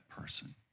person